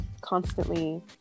constantly